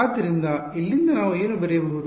ಆದ್ದರಿಂದ ಇಲ್ಲಿಂದ ನಾವು ಏನು ಬರೆಯಬಹುದು